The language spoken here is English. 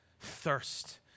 thirst